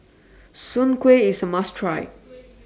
Soon Kuih IS A must Try